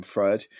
Fred